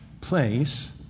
place